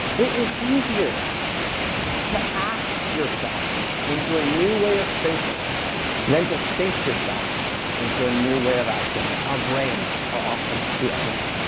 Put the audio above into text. it is easier to act yourself into a new way of thinking than to think yourself into a new way of acting. our brains are often the enemy.